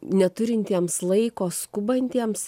neturintiems laiko skubantiems